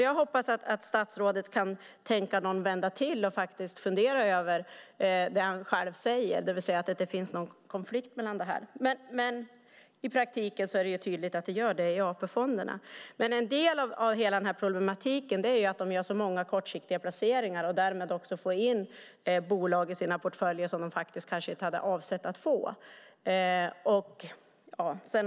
Jag hoppas att statsrådet kan tänka någon vända till och faktiskt fundera över det han själv säger, det vill säga att det inte finns någon konflikt. I praktiken är det tydligt att det gör det i AP-fonderna. En del av hela den här problematiken är ju att de gör många kortsiktiga placeringar och därmed också får in bolag i sina portföljer som de kanske inte hade avsett att få.